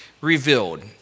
revealed